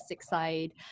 side